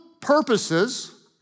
purposes